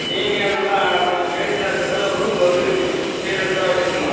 நீங்கள் நல்லா லேடீஸ்ஸாக இருக்கறதால் ரூம்மு வந்து உங்களுக்கு க்ளீயரன்ஸ்ஸா வச்சுருக்கணும்